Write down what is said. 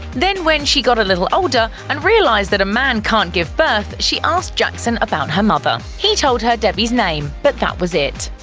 then when she got a little older, and realized that a man can't give birth, she asked jackson about her mother. he told her debbie's name, but that was it.